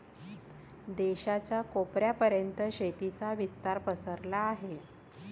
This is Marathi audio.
देशाच्या कोपऱ्या पर्यंत शेतीचा विस्तार पसरला आहे